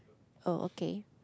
oh okay